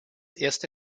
erste